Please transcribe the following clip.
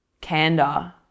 candor